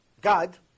God